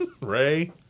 Ray